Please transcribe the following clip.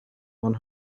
one